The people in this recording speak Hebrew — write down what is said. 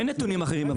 אין נתונים אחרים,